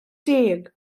deg